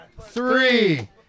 three